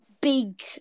big